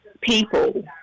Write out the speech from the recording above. people